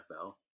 NFL